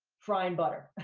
frying butter,